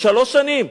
שלוש שנים.